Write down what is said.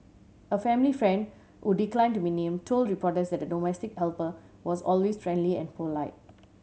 a family friend who declined to be named told reporters that the domestic helper was always friendly and polite